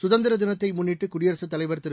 சுதந்திர தினத்தை முன்னிட்டு குடியரசுத் தலைவர் திரு